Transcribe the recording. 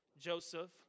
Joseph